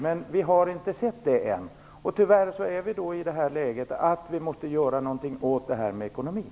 Men vi har inte sett det än. Tyvärr är vi i läget att vi måste göra någonting åt detta med ekonomin.